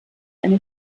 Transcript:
eine